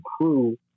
crew